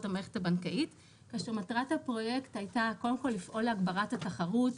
המערכת הבנקאית כאשר מטרת הפרויקט הייתה קודם כל לפעול להגברת התחרות,